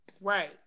Right